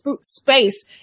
space